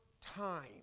time